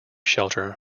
shelter